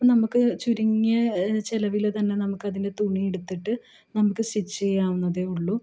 അപ്പം നമുക്ക് ചുരുങ്ങിയ ചിലവിൽ തന്നെ നമുക്ക് അതിൻ്റെ തുണി എടുത്തിട്ട് നമുക്ക് സ്റ്റിച്ച് ചെയ്യാവുന്നതേ ഉള്ളൂ